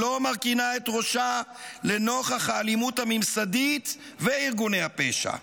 שלא מרכינה את ראשה לנוכח האלימות הממסדית וארגוני הפשע,